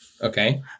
Okay